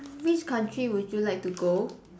which country would you like to go